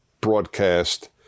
broadcast